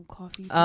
coffee